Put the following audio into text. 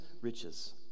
riches